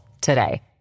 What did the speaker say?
today